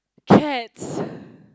cats